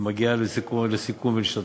ומגיע לסיכום ולהשתתפות.